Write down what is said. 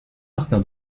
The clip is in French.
martin